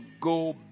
go